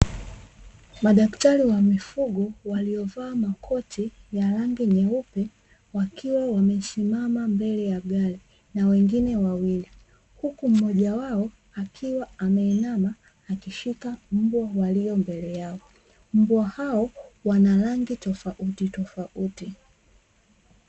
Madaktari wa mifugo waliovaa makoti ya rangi nyeupe, wakiwa wamesimama mbele ya gari na wengine wawili, huku mmoja wao akiwa ameinama akishika mbwa walio mbele yao. Mbwa hao wana rangi tofautitofauti.